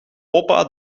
opa